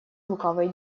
лукавой